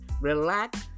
relax